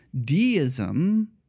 deism